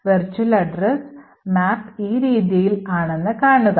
Virtual address map ഈ രീതിയിൽ ആണ് കാണുക